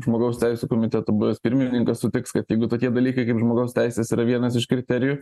žmogaus teisių komiteto buvęs pirmininkas sutiks kad jeigu tokie dalykai kaip žmogaus teisės yra vienas iš kriterijų